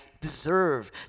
deserve